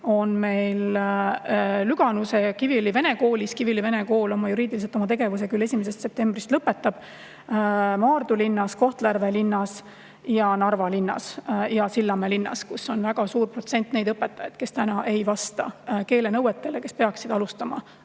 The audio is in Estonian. on meil Lüganuse ja Kiviõli vene koolis – Kiviõli vene kool juriidiliselt oma tegevuse küll 1. septembrist lõpetab –, Maardu linnas, Kohtla-Järve linnas, Narva linnas ja Sillamäe linnas, kus on väga suur protsent neid õpetajaid, kes ei vasta keelenõuetele, aga peaksid 1.